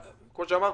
כמו שאמרתי,